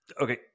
okay